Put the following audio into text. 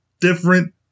different